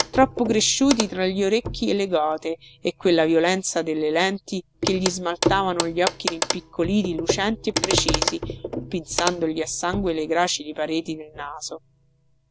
troppo cresciuti tra gli orecchi e le gote e quella violenza delle lenti che gli smaltavano gli occhi rimpiccoliti lucenti e precisi pinzandogli a sangue le gracili pareti del naso